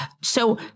So-